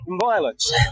Violence